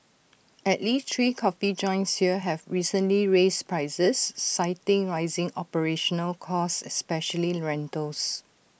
at least three coffee joints here have recently raised prices citing rising operational costs especially rentals